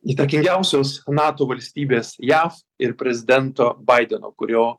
įtakingiausios nato valstybės jav ir prezidento baideno kurio